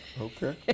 Okay